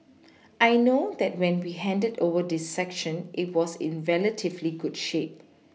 I know that when we handed over this section it was in relatively good shape